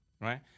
right